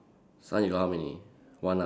sun you got how many one ah